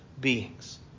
beings